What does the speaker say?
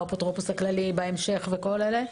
האפוטרופוס הכללי בהמשך וכל אלה,